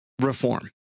reform